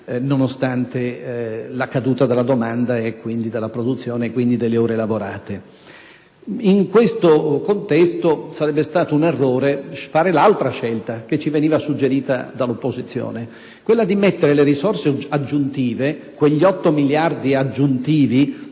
nonostante la caduta della domanda e, quindi, della produzione e delle ore lavorate. In questo contesto, sarebbe stato un errore fare la scelta che ci veniva suggerita dall'opposizione. Mi riferisco alla proposta di impiegare le risorse aggiuntive (quegli otto miliardi aggiuntivi